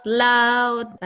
loud